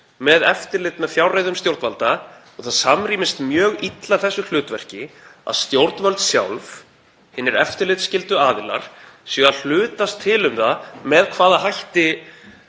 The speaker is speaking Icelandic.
með eftirlit með fjárreiðum stjórnvalda. Það samrýmist mjög illa þessu hlutverki að stjórnvöld sjálf, hinir eftirlitsskyldu aðilar, séu að hlutast til um það með hvaða hætti